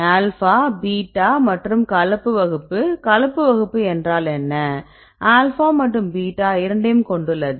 alpha beta மற்றும் கலப்பு வகுப்பு கலப்பு வகுப்பு என்றால் ஆல்பா மற்றும் பீட்டா இரண்டையும் கொண்டுள்ளது